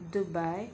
Dubai